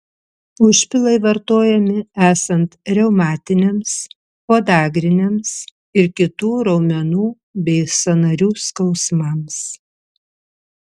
užpilai vartojami esant reumatiniams podagriniams ir kitų raumenų bei sąnarių skausmams